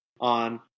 on